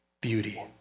beauty